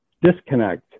disconnect